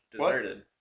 Deserted